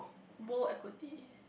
bore equity